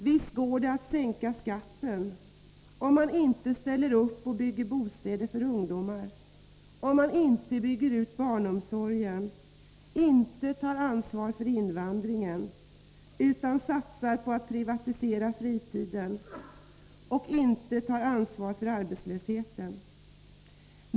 Visst går det att sänka skatten, om man inte ställer upp och bygger bostäder för ungdomar, om man inte bygger ut barnomsorgen, inte tar ansvar för invandringen utan satsar på att privatisera fritiden och inte tar ansvar för arbetslösheten.